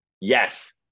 Yes